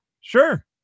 Sure